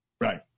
Right